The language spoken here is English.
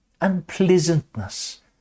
Unpleasantness